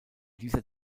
dieser